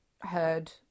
heard